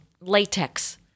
latex